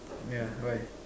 yeah why